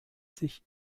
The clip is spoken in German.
sich